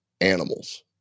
animals